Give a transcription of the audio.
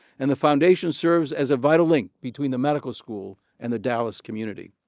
and the foundation serves as a vital link between the medical school and the dallas community.